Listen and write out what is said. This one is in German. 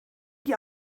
die